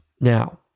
now